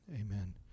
Amen